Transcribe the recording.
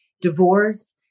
divorce